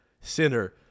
Sinner